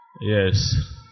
Yes